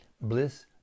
bliss